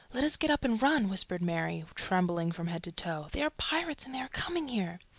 let us get up and run, whispered mary, trembling from head to toe. they are pirates, and they are coming here!